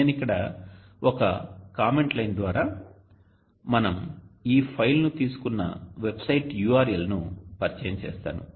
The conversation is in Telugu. నేను ఇక్కడ ఒక కామెంట్ లైన్ ద్వారా మనం ఈ ఫైల్ను తీసుకున్న వెబ్సైట్ URL ను పరిచయం చేస్తాను